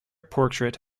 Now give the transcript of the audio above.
portrait